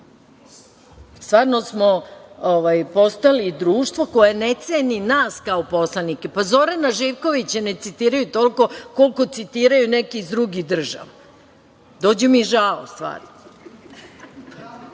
Stvarno smo postali društvo koje ne ceni nas kao poslanike. Pa, Zorana Živkovića ne citiraju toliko koliko citiraju neke iz drugih država, dođe mi žao, stvarno,